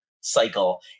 cycle